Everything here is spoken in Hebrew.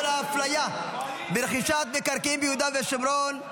ההפליה ברכישת מקרקעין ביהודה והשומרון,